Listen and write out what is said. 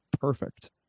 perfect